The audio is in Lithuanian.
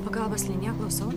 pagalbos linija klausau